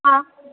हाँ